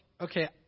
okay